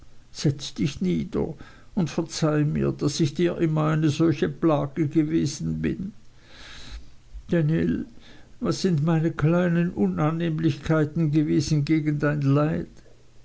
setz dich nieder und verzeih mir daß ich dir immer eine solche plage gewesen bin daniel was sind meine kleinen unannehmlichkeiten gewesen gegen dein leid